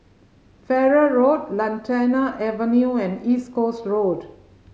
Farrer Road Lantana Avenue and East Coast Road